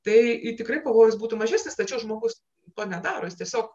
tai tikrai pajovus būtų mažesnis tačiau žmogus to nedaro jis tiesiog